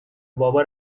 بابا